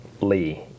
Lee